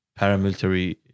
paramilitary